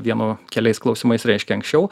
vienu keliais klausimais reiškia anksčiau